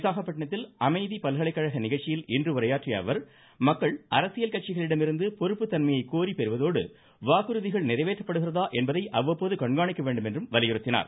விசாகப்பட்டினத்தில் அமைதி பல்கலைக்கழக நிகழ்ச்சியில் இன்று உரையாற்றியஅவர் மக்கள் அரசியல் கட்சிகளிடமிருந்து பொறுப்பு தன்மையை கோர் பெறுவதோடு வாக்குறுதிகள் நிறைவேற்றப்படுகிறதா என்பதை அவ்வப்போது கண்காணிக்க வேண்டும் என்றும் வலியுறுத்தினார்